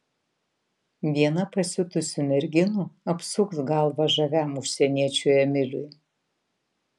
viena pasiutusių merginų apsuks galvą žaviam užsieniečiui emiliui